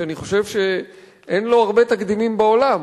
שאני חושב שאין לו הרבה תקדימים בעולם.